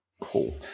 Cool